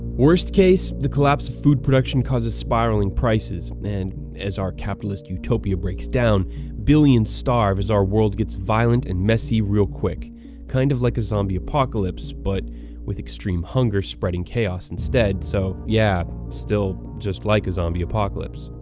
worst case, the collapse of food production causes spiraling prices and as our capitalist utopia breaks down billions starve as our world gets violent and messy real quick kind of like a zombie apocalypse, but with extreme hunger spreading chaos instead. so, yeah, still just like a zombie apocalypse.